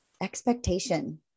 expectation